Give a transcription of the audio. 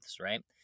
right